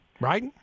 right